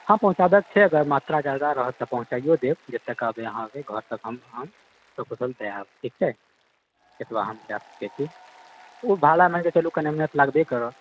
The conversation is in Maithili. हँ पहुँचाबै के छै अगर मात्रा जादा रहत तऽ पहुँचायो देब जतए कहबै अहाँके घर तक हम सकुशल दए आएब ठीक छै एतबा हम कए सकै छी ओ भाड़ा मे जे चलु कनिमनी लगबे करत